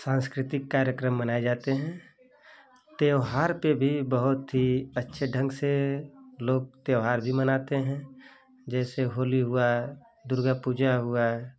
सांस्कृतिक कार्यक्रम मनाए जाते हें त्योहार पर भी बहुत ही अच्छे ढंग से लोग त्योहार भी मनाते हैं जैसे होली हुआ दुर्गा पूजा हुआ